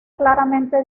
claramente